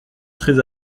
très